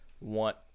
want